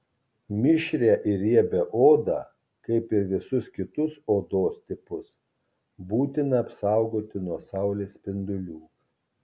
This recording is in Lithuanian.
mišrią ir riebią odą kaip ir visus kitus odos tipus būtina apsaugoti nuo saulės spindulių